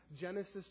Genesis